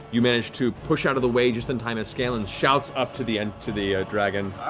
you manage to push out of the way just in time as scanlan shouts up to the and to the dragon.